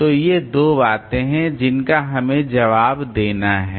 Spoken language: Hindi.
तो ये दो बातें हैं जिनका हमें जवाब देना है